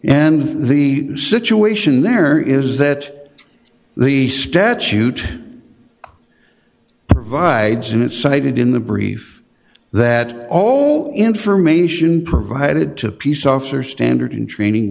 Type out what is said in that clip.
and the situation there is that the statute provides and it cited in the brief that all information provided to peace officers standard in training